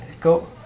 go